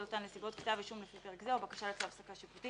אותן נסיבות כתב אישום לפי פרק זה או בקשה לצו הפסקה שיפוטי